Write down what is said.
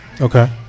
Okay